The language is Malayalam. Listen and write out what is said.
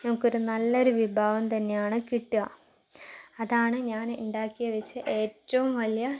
നമുക്കൊരു നല്ലൊരു വിഭവം തന്നെയാണ് കിട്ടുക അതാണ് ഞാൻ ഉണ്ടാക്കി വെച്ച ഏറ്റവും വലിയ